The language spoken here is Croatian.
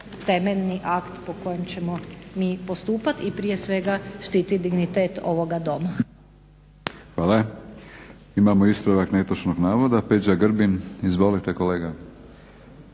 temeljni akt po kojem ćemo mi postupati i prije svega štititi dignitet ovoga Doma. **Batinić, Milorad (HNS)** Hvala. Imamo ispravak netočnog navoda Peđa GRbin. Izvolite kolega.